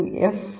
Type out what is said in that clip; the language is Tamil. எம்